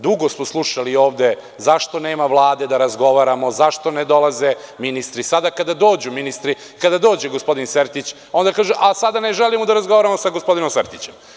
Dugo smo slušali ovde zašto nema Vlade da razgovaramo, zašto ne dolaze ministri, a sada kada dođu ministri, kada dođe gospodin Sertić, onda kažu – a sada ne želimo da razgovaramo sa gospodinom Sertićem.